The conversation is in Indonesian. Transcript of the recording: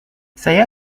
saya